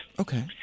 Okay